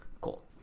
Cool